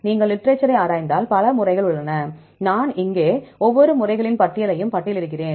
நீங்கள் லிட்ரேச்சரை ஆராய்ந்தால் பல முறைகள் உள்ளன இங்கே நான் ஒவ்வொரு முறைகளின் பட்டியலையும் பட்டியலிடுகிறேன்